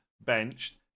benched